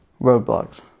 roadblocks